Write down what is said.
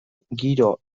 giro